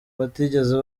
batigeze